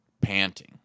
panting